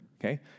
Okay